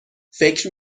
فکر